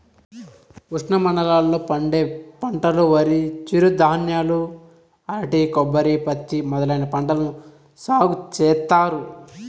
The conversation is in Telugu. ఉష్ణమండలాల లో పండే పంటలువరి, చిరుధాన్యాలు, అరటి, కొబ్బరి, పత్తి మొదలైన పంటలను సాగు చేత్తారు